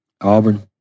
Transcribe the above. Auburn